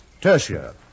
Tertia